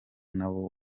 nawo